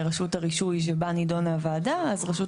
(הישיבה נפסקה בשעה 18:50 ונתחדשה בשעה 19:05.) אני מחדש את